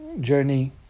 journey